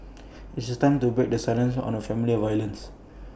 IT is time to break the silence on family violence